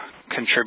contribute